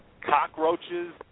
cockroaches